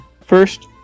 first